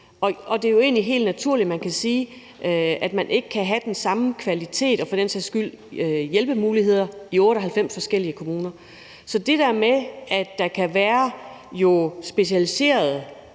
Og det er jo egentlig helt naturligt, kan man sige, at man ikke kan have den samme kvalitet og for den sags skyld hjælpemuligheder i 98 forskellige kommuner. Så det der med, at der jo kan være specialiserede